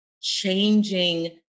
changing